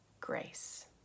grace